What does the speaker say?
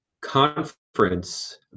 conference